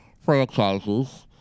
Franchises